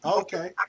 Okay